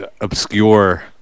obscure